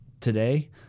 today